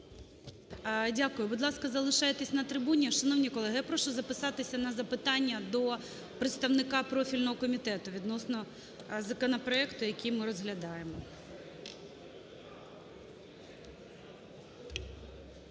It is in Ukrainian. Дякую. Будь ласка, залишайтесь на трибуні. Шановні колеги, я прошу записатися на запитання до представника профільного комітету відносно законопроекту, який ми розглядаємо.